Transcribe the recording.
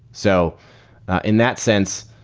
so in that sense,